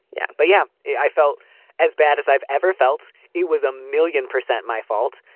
yeah. but yeah, i felt as bad as i've ever felt. it was a million percent my fault.